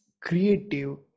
creative